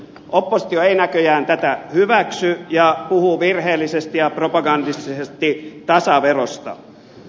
oppositio ei näköjään tätä hyväksy ja puhuu virheellisesti ja propagandistisesti tasaverosta